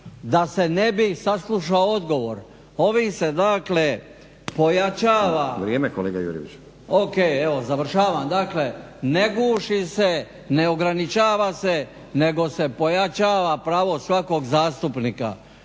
da se ne bi saslušao odgovor. Ovim se dakle pojačava /Upadica: Vrijeme kolega Jurjeviću./ … O.k. evo završavam. Dakle ne guši se, ne ograničava se nego se pojačava pravo svakog zastupnika.